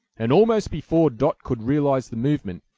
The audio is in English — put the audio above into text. and, almost before dot could realize the movement,